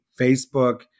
Facebook